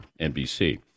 NBC